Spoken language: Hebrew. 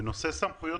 סמכויות